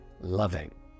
loving